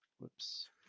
Whoops